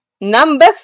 Number